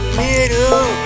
middle